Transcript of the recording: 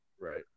Right